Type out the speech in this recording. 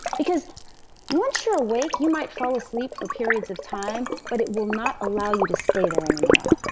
because once you're awake, you might fall asleep for periods of time, but it will not allow you to stay there anymore.